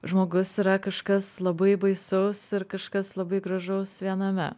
žmogus yra kažkas labai baisaus kažkas labai gražaus viename